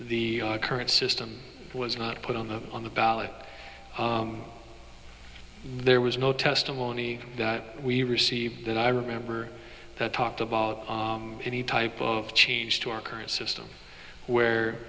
the current system was not put on the on the ballot there was no testimony that we received that i remember that talked about any type of change to our current system where